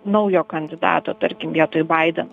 naujo kandidato tarkim vietoj baideno